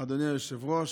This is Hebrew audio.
אדוני היושב-ראש,